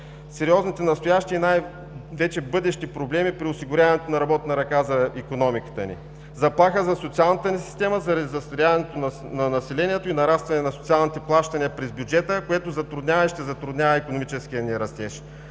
сериозните настоящи и най-вече бъдещи проблеми при осигуряването на работна ръка за икономиката ни. Заплаха за социалната ни система, заради застаряването на населението и нарастване на социалните плащания през бюджета, което затруднява и ще затруднява икономическия ни растеж.